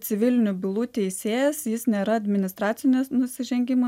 civilinių bylų teisėjas jis nėra administracinio nusižengimą